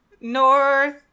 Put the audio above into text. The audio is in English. North